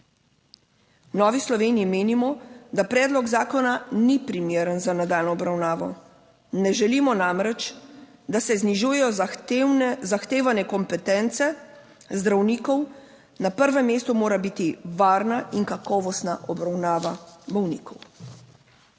Novi Sloveniji menimo, da predlog zakona ni primeren za nadaljnjo obravnavo. Ne želimo namreč, da se znižujejo zahtevne, zahtevane kompetence zdravnikov. Na prvem mestu mora biti varna in kakovostna obravnava bolnikov.